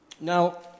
Now